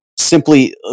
simply